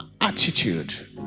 attitude